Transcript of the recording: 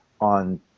on